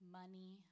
money